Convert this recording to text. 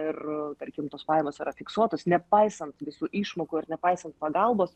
ir tarkim tos pajamos yra fiksuotos nepaisant visų išmokų ir nepaisant pagalbos